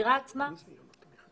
זה לא נראה לי דבר קטן.